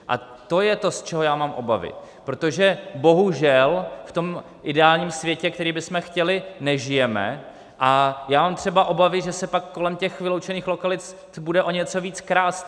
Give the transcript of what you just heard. A to je to, z čeho já mám obavy, protože bohužel v tom ideálním světě, který bychom chtěli, nežijeme a já mám třeba obavy, že se pak kolem těch vyloučených lokalit bude o něco více krást.